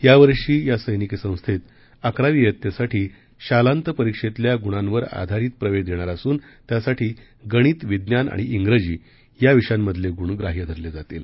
यावर्षी या सैनिकी संस्थेत अकरावी वित्तेसाठी शालांत परीक्षेतल्या गुणांवर आधारित प्रवेश देणार असून त्यासाठी गणित विज्ञान आणि श्रिजी या विषयांमधले गुण ग्राह्य धरले जातील